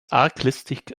arglistig